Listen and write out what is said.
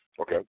Okay